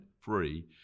free